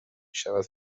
شود